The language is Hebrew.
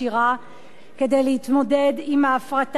כדי להתמודד עם ההפרטה החמורה ביותר,